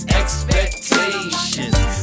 expectations